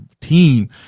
team